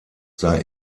sei